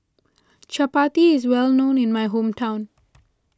Chapati is well known in my hometown